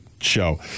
show